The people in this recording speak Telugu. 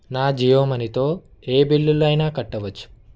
నా జియో మనీతో ఏ బిల్లులైనా కట్టవచ్చు